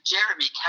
Jeremy